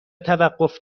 توقف